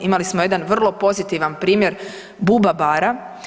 Imali smo jedan vrlo pozitivan primjer Buba Bara.